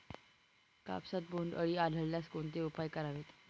कापसात बोंडअळी आढळल्यास कोणते उपाय करावेत?